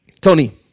Tony